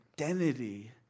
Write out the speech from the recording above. identity